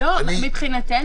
אני מציע --- לא,